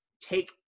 take